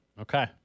okay